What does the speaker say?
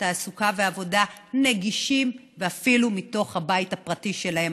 תעסוקה ועבודה נגישים ואפילו מתוך הבית הפרטי שלהן.